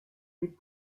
des